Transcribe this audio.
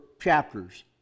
chapters